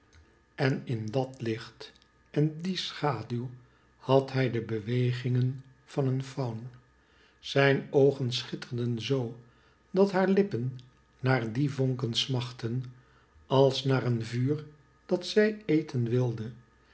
en in dat hcht en die schaduw had hy dc bewegmgen van een faun zijn oogen schitterden zoo dat haar lippen naar die vonken smachtten als naar een vuur dat zij eten wilde